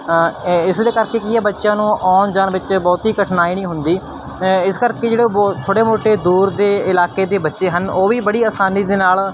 ਇ ਇਸੇ ਦੇ ਕਰਕੇ ਕੀ ਹੈ ਬੱਚਿਆਂ ਨੂੰ ਆਉਣ ਜਾਣ ਵਿੱਚ ਬਹੁਤੀ ਕਠਿਨਾਈ ਨਹੀਂ ਹੁੰਦੀ ਇਸ ਕਰਕੇ ਜਿਹੜੇ ਓ ਬੋ ਥੋੜ੍ਹੇ ਮੋਟੇ ਦੂਰ ਦੇ ਇਲਾਕੇ ਦੇ ਬੱਚੇ ਹਨ ਉਹ ਵੀ ਬੜੀ ਆਸਾਨੀ ਦੇ ਨਾਲ